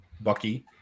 Bucky